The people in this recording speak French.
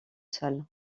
sol